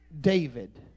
David